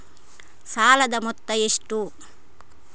ಸಾಲದ ಮೊತ್ತ ಎಷ್ಟು?